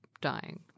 dying